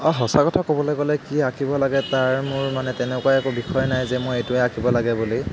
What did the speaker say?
অঁ সঁচা কথা ক'বলে গ'লে কি আঁকিব লাগে তাৰ মোৰ মানে তেনেকুৱা একো বিষয় নাই যে মই এইটোৱেই আঁকিব লাগে বুলি